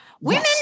Women